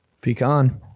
pecan